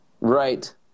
right